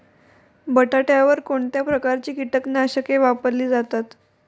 बटाट्यावर कोणत्या प्रकारची कीटकनाशके वापरली जातात?